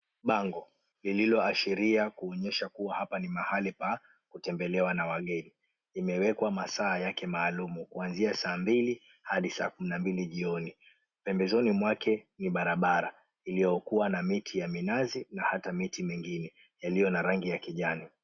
Bango lililoashiria kuonyesha Kuwa hapa ni mahali pa kutembelewa na wageni imewekwa masaa yake maalum kuanzia saa mbili hadi saa kumi na mbili jioni. Pembezoni mwake ni barabara iliyokuwa na miti ya minazi na hata miti mengine yaliyona rangi ya kijani.